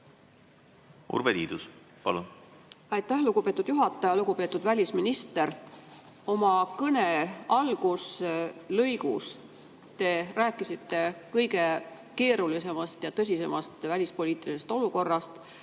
Urve Tiidus, palun! Aitäh, lugupeetud juhataja! Lugupeetud välisminister! Oma kõne alguslõigus te rääkisite kõige keerulisemast ja tõsisemast välispoliitilisest olukorrast,